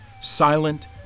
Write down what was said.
silent